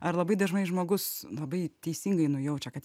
ar labai dažnai žmogus labai teisingai nujaučia kad